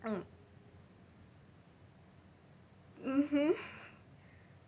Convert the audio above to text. mm mmhmm